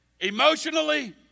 Emotionally